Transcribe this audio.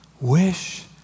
wish